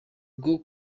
rwo